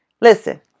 Listen